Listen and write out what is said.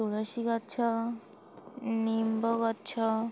ତୁଳସୀ ଗଛ ନିମ୍ବ ଗଛ